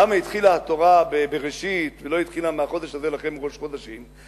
למה התחילה התורה ב"בראשית" ולא התחילה מ"החדש הזה לכם ראש חדשים"?